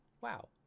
wow